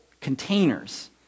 containers